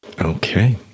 Okay